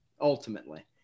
ultimately –